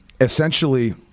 essentially